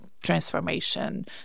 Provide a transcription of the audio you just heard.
transformation